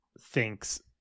thinks